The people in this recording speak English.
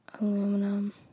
Aluminum